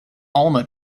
alma